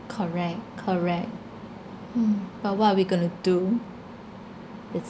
correct correct hmm but what are we going to do it's